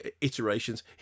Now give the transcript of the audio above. iterations